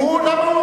למה הוא אמר?